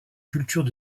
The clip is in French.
cultures